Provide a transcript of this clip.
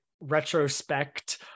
retrospect